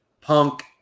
Punk